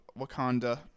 Wakanda